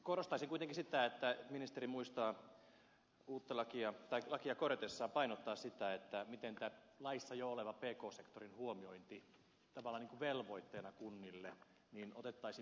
korostaisin kuitenkin sitä että ministeri muistaa lakia korjatessa painottaa sitä miten laissa jo oleva pk sektorin huomiointi tavallaan velvoitteena kunnille otettaisiin painokkaammin huomioon